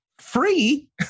Free